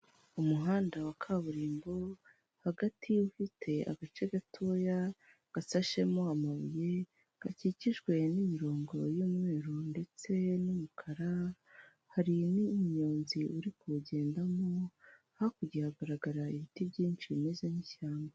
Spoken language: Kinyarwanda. Umuhanda wa kaburimbo hagati ufite agace gatoya gasashemo amabuye gakikijwe n'imirongo y'umweru ndetse n'umukara hari n'umuyonzi uri kuwugendamo hakurya hagaragara ibiti byinshi bimeze nk'ishyamba.